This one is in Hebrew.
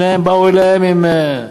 שניהם באו אליהם עם,